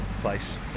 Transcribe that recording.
place